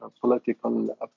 political